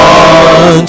on